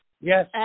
Yes